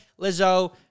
Lizzo